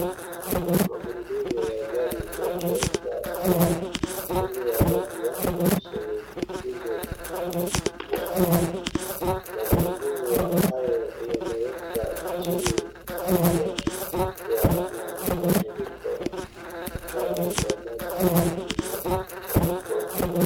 Magurudumu ya gari yakioshwa kwa kutumia maji ya shinikizo kubwa. Magurudumu hayo yamewekwa chini yakipigwa na mtiririko mkali wa maji yenye povu.